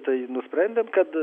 tai nusprendėm kad